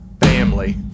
family